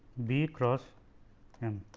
b cross m.